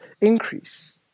increase